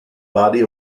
body